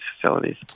facilities